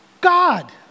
God